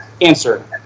Answer